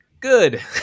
good